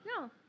No